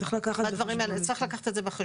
צריך לקחת את זה בחשבון.